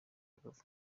rubavu